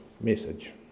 message